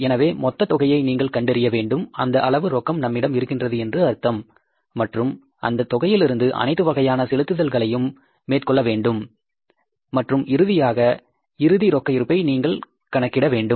எனவே மொத்தத் தொகையை நீங்கள் கண்டறிய வேண்டும் அந்த அளவு ரொக்கம் நம்மிடம் இருக்கின்றது என்று அர்த்தம் மற்றும் அந்த தொகையிலிருந்து அனைத்து வகையான செலுத்துதல்களையும் மேற்கொள்ள வேண்டும் மற்றும் இறுதியாக இறுதி ரொக்க இருப்பை நீங்கள் கணக்கிட வேண்டும்